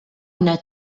una